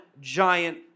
giant